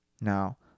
Now